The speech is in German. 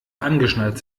angeschnallt